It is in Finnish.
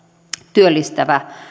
työllistävä